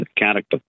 character